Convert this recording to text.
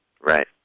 Right